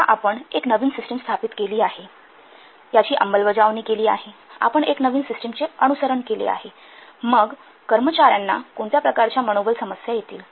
आता आपण एक नवीन सिस्टिम स्थापित केली आहे याची अंमलबजावणी केली आहे आपण एक नवीन सिस्टमचे अनुसरण केले आहे मग कर्मचार्यांना कोणत्या प्रकारच्या मनोबल समस्या येतील